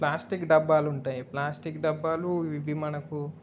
plastic డబ్బాలుంటాయి plastic డబ్బాలు ఇవి మనకి